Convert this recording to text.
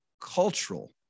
cultural